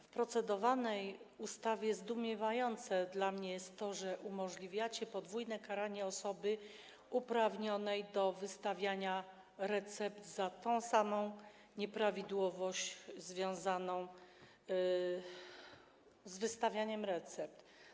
W procedowanej ustawie zdumiewające dla mnie jest to, że umożliwiacie podwójne karanie osoby uprawnionej do wystawiania recept za tę samą nieprawidłowość związaną z wystawianiem recept.